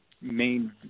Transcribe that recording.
main